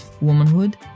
womanhood